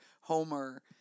Homer